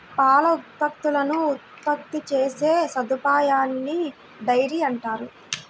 పాల ఉత్పత్తులను ఉత్పత్తి చేసే సదుపాయాన్నిడైరీ అంటారు